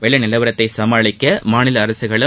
வெள்ள நிலவரத்தை சுமாளிக்க மாநில அரசுகளும்